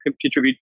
contribute